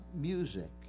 music